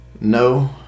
No